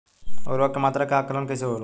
उर्वरक के मात्रा के आंकलन कईसे होला?